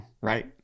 Right